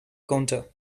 counter